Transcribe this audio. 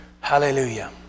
Hallelujah